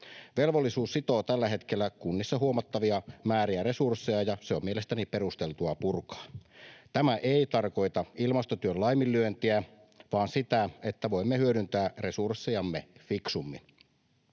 Velvollisuus sitoo tällä hetkellä kunnissa huomattavia määriä resursseja, ja se on mielestäni perusteltua purkaa. Tämä ei tarkoita ilmastotyön laiminlyöntiä vaan sitä, että voimme hyödyntää resurssejamme fiksummin.